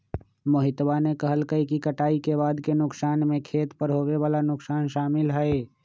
मोहितवा ने कहल कई कि कटाई के बाद के नुकसान में खेत पर होवे वाला नुकसान शामिल हई